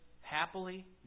happily